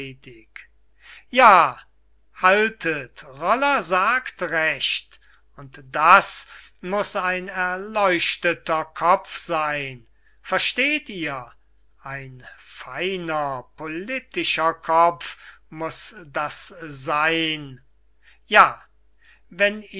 ja haltet roller sagt recht und das muß ein erleuchteter kopf seyn versteht ihr ein feiner politischer kopf muß das seyn ja wenn